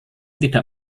tidak